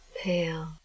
pale